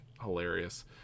hilarious